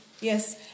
yes